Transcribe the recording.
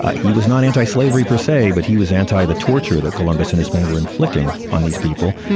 ah he was not antislavery persay but he was anti the torture that columbus and his men were inflicting on these people.